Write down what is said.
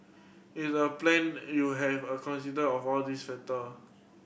it's a plan you have a consider of all these factor